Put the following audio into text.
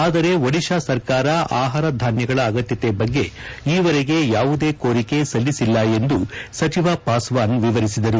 ಆದರೆ ಒಡಿತಾ ಸರ್ಕಾರ ಅಪಾರಧಾನ್ವಗಳ ಅಗತ್ಯಕೆ ಬಗ್ಗೆ ಈವರೆಗೆ ಯಾವುದೇ ಕೋರಕೆ ಸಲ್ಲಿಸಿಲ್ಲ ಎಂದು ಸಚಿವ ಪಾಸ್ವಾನ್ ವಿವರಿಸಿದ್ದಾರೆ